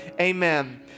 Amen